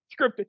Scripted